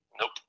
Nope